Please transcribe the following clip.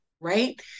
right